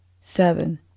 seven